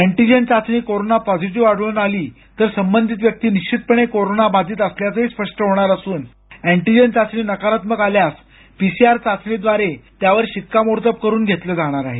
antigen चाचणी corona positive आढळून आली तर संबंधित व्यक्ती निश्वितपणे कोरोना बाधित असल्याचं स्पष्ट होणार असून अँटीजेन चाचणी नकारात्मक आल्यास पीसीआर चाचणीझारे त्यावर शिक्कामोर्तब करून घेतलं जाणार आहे